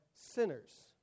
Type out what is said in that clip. sinners